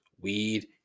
weed